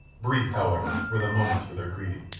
brief, however, were the moments for their greeting.